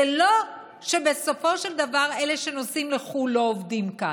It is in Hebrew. זה לא שבסופו של דבר אלה שנוסעים לחו"ל לא עובדים כאן.